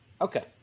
Okay